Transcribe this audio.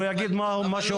הוא יגיד מה שהוא רוצה.